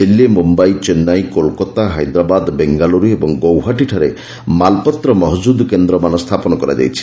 ଦିଲ୍ଲୀ ମୁମ୍ଭାଇ ଚେନ୍ନାଇ କୋଲ୍କାତା ହାଇଦ୍ରାବାଦ ବେଙ୍ଗାଲୁରୁ ଓ ଗୌହାଟୀଠାରେ ମାଲ୍ପତ୍ର ମହକୁଦ୍ କେନ୍ଦ୍ରମାନ ସ୍ଥାପନ କରାଯାଇଛି